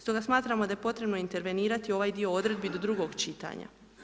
Stoga smatramo da je potrebno intervenirati ovaj dio odredbi do drugog čitanja.